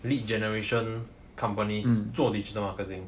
lead generation companies 做 digital marketing